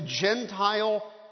Gentile